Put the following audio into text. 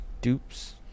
Dupes